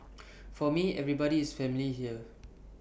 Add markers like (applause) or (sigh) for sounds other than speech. (noise) for me everybody is family here